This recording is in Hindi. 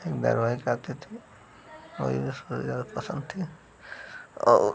एक धारावाहिक आते थे और यही सबसे ज़्यादा पसन्द थे और